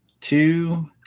two